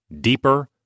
deeper